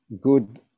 good